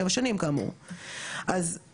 אם אנחנו מסתכלים על העובדים האלה שיצאו מישראל,